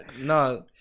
no